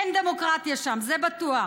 אין דמוקרטיה שם, זה בטוח.